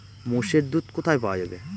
মোষের দুধ কোথায় পাওয়া যাবে?